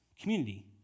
community